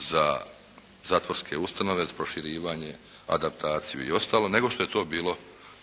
za zatvorske ustanove, proširivanje, adaptaciju i ostalo, nego što je to bilo